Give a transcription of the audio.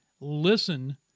listen